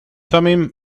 thummim